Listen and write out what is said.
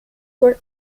were